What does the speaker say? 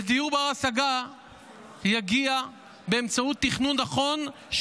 ודיור בר-השגה יגיע באמצעות תכנון נכון,